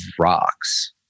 rocks